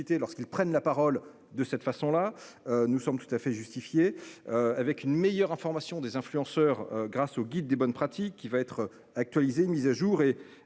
lorsqu'ils prennent la parole de cette façon-là nous sommes tout à fait justifiée. Avec une meilleure information des influenceurs grâce au guide des bonnes pratiques qui va être actualisé une mise à jour